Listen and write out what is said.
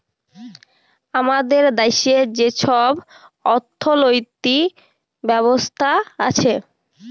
আমাদের দ্যাশে যে ছব অথ্থলিতি ব্যবস্থা আছে